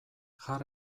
jar